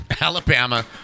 Alabama